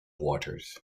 waters